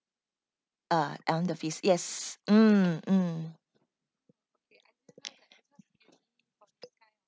ah and the fees yes mm mm